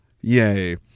Yay